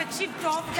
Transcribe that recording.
תקשיב טוב,